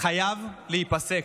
חייב להיפסק.